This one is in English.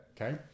okay